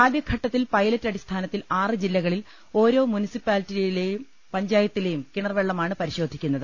ആദ്യഘട്ടത്തിൽ പൈലറ്റ് അടിസ്ഥാനത്തിൽ ആറ് ജില്ലക ളിൽ ഒരോ മുനിസിപ്പാലിറ്റിയിലെയും പഞ്ചായത്തിലെയും കിണർ വെള്ളമാണ് പരിശോധിക്കുന്നത്